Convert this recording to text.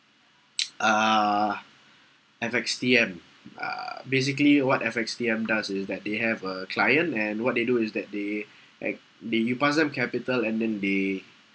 uh F_X_T_M uh basically what F_X_T_M does is that they have a client and what they do is that they act~ they you pass them capital and then they